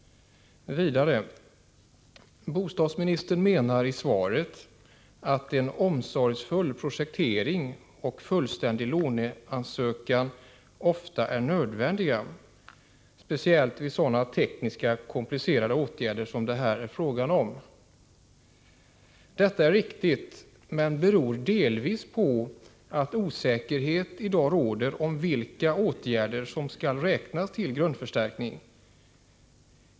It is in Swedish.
Vidare menar bostadsministern i svaret att en omsorgsfull projektering och fullständig låneansökan ofta är nödvändiga — ”speciellt vid sådana tekniskt komplicerade åtgärder som det här är fråga om”. Detta är riktigt men beror delvis på att osäkerhet i dag råder om vilka åtgärder som skall räknas till grundförstärkning.